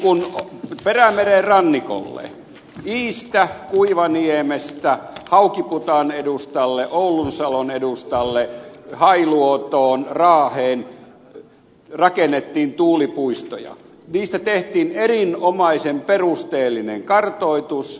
kun perämeren rannikolle iistä ja kuivaniemestä haukiputaan edustalle oulunsalon edustalle hailuotoon raaheen rakennettiin tuulipuistoja niistä tehtiin erinomaisen perusteellinen kartoitus